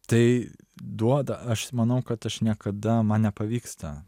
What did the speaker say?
tai duoda aš manau kad aš niekada man nepavyksta